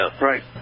right